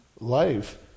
life